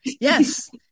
Yes